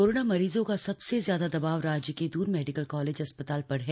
corona मरीजों का सबसे ज्यादा दबाव राज्य के दून मेडिकल कॉलेज अस्पताल पर है